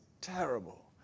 terrible